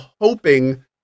hoping